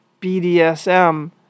BDSM